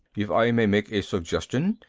if i may make a suggestion,